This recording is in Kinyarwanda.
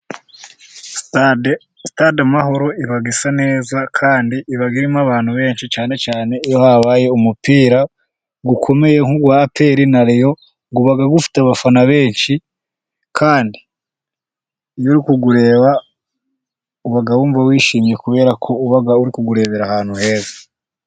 Sitade amahoro iba isa neza, kandi iba irimo abantu benshi, cyane cyane iyo habaye umupira ukomeye, nk'uwa aperi na rayo, uba ufite abafana benshi, kandi iyo uri kuwureba uba wumva wishimye, kubera ko uba uri kuwurebera ahantu heza.